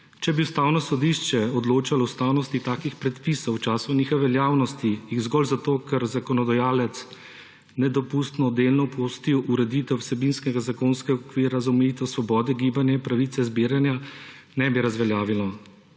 »Če bi Ustavno sodišče odločalo o ustavnosti takih predpisov v času njihove veljavnosti, jih zgolj zato, ker je zakonodajalec nedopustno delno opustil ureditev vsebinskega zakonskega okvira za omejitev svobode gibanja in pravice zbiranja, ne bi razveljavilo.